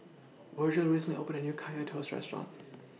Virgel recently opened A New Kaya Toast Restaurant